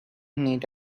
need